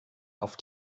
auf